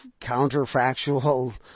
counterfactual